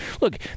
look